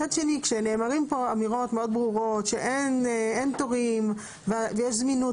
מצד שני כשנאמרות פה אמירות מאוד ברורות שאין תורים ויש זמינות